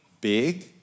big